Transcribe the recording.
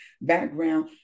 background